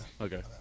Okay